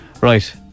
Right